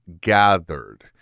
gathered